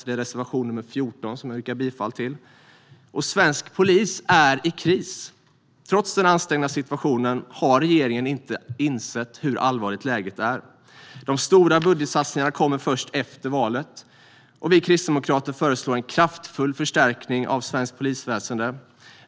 Det är reservation 14, som jag yrkar bifall till. Svensk polis är i kris. Trots den ansträngda situationen har regeringen inte insett hur allvarligt läget är. De stora budgetsatsningarna kommer först efter valet. Vi kristdemokrater föreslår en kraftfull förstärkning av svenskt polisväsen.